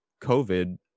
COVID